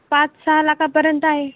पाच सहा लाखापर्यंत आहे